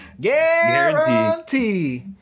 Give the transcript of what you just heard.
Guarantee